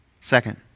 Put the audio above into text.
Second